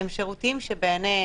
שירותים שבעיני המדינה,